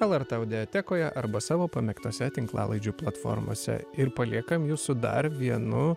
lrt audiotekoje arba savo pamėgtose tinklalaidžių platformose ir paliekam jus su dar vienu